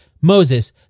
Moses